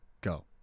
go